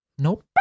Nope